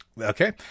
Okay